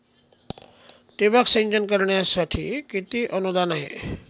ठिबक सिंचन करण्यासाठी किती अनुदान आहे?